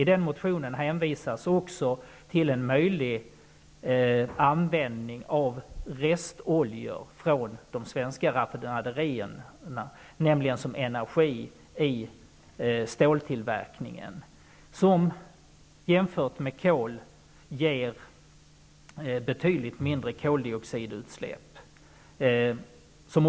I den motionen hänvisas också till en möjlig användning av restoljor från de svenska raffinaderierna, nämligen som energi i ståltillverkningen, vilket ger betydligt mindre koldioxidutsläpp än kol.